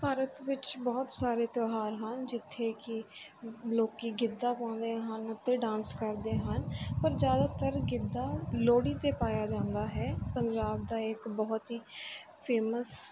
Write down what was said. ਭਾਰਤ ਵਿੱਚ ਬਹੁਤ ਸਾਰੇ ਤਿਓਹਾਰ ਹਨ ਜਿੱਥੇ ਕਿ ਲੋਕ ਗਿੱਧਾ ਪਾਉਂਦੇ ਹਨ ਅਤੇ ਡਾਂਸ ਕਰਦੇ ਹਨ ਪਰ ਜ਼ਿਆਦਾਤਰ ਗਿੱਧਾ ਲੋਹੜੀ 'ਤੇ ਪਾਇਆ ਜਾਂਦਾ ਹੈ ਪੰਜਾਬ ਦਾ ਇਹ ਇੱਕ ਬਹੁਤ ਹੀ ਫੇਮਸ